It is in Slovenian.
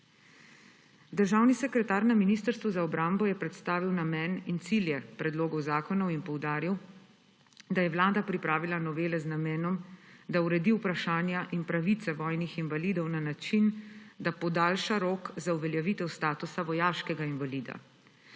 Državni sekretar na Ministrstvu za obrambo je predstavil namen in cilje predlogov zakonov in poudaril, da je Vlada pripravila novele z namenom, da uredi vprašanja in pravice vojnih invalidov na način, da podaljša rok za uveljavitev statusa vojaškega invalida,